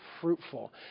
fruitful